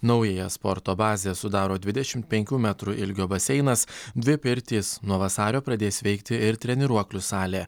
naująją sporto bazę sudaro dvidešimt penkių metrų ilgio baseinas dvi pirtys nuo vasario pradės veikti ir treniruoklių salė